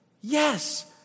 Yes